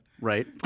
Right